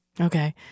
Okay